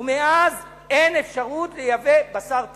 ומאז אין אפשרות לייבא בשר טרף.